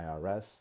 IRS